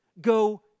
go